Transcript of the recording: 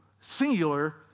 singular